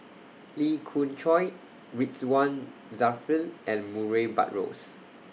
Lee Khoon Choy Ridzwan Dzafir and Murray Buttrose